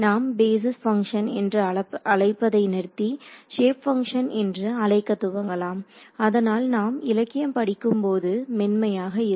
நாம் basis function என்று அழைப்பதை நிறுத்தி ஷேப் பங்ஷன் என்று அழைக்க துவங்கலாம் அதனால் நாம் இலக்கியம் படிக்கும் போது மென்மையாக இருக்கும்